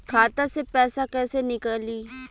खाता से पैसा कैसे नीकली?